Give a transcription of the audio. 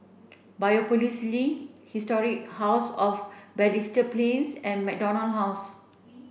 Biopolis Link Historic House of Balestier Plains and MacDonald House